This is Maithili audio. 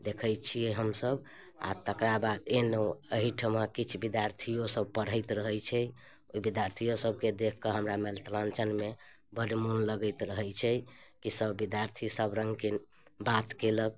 देखै छिए हमसब आओर तकरा बाद अएलहुँ एहिठाम किछु विद्यार्थिओसब पढ़ैत रहै छै ओहि विद्यार्थिओसबके देखिकऽ हमरा मिथिलाञ्चलमे बड़ मोन लगैत रहै छै कि सब विद्यार्थीसब रङ्गके बात केलक